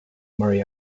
murray